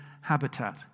Habitat